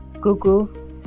Google